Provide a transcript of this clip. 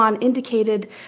indicated